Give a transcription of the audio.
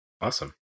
Awesome